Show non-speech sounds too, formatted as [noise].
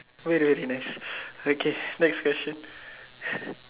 wait really nice okay next question [breath]